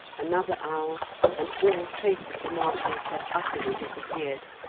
another hour and all trace of the marshes had utterly disappeared,